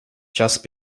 just